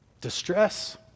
distress